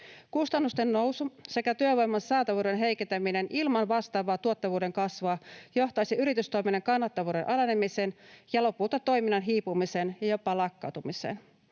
Kustannusten nousu sekä työvoiman saatavuuden heikentäminen ilman vastaavaa tuottavuuden kasvua johtaisi yritystoiminnan kannattavuuden alenemiseen ja lopulta toiminnan hiipumiseen ja jopa lakkautumiseen.